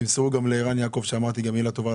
תמסרו גם לערן יעקב שאמרתי מילה ובה על